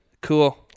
Cool